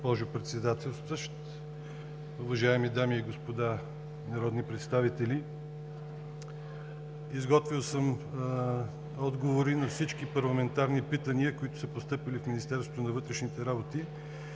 госпожо Председателстващ, уважаеми дами и господа народни представители! Изготвил съм отговори на всички парламентарни питания, които са постъпили в Министерството на вътрешните работи